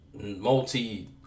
Multi